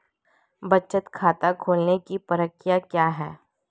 बचत खाता खोलने की प्रक्रिया क्या है?